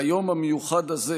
ביום המיוחד הזה